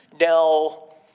Now